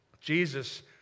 Jesus